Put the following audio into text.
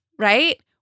right